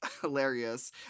hilarious